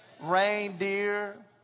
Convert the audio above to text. Reindeer